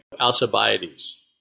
Alcibiades